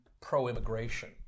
pro-immigration